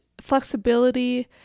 flexibility